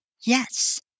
yes